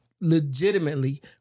legitimately